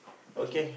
okay